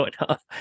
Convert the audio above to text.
enough